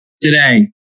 today